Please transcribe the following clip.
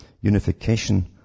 unification